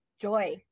joy